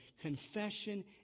Confession